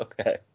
Okay